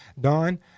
Don